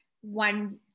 one